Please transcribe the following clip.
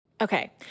Okay